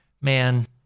man